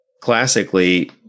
classically